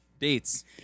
dates